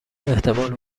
احتمال